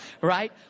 Right